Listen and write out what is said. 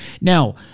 Now